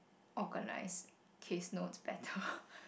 organise case notes better